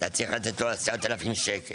אתה צריך לתת לו 10,000 שקלים.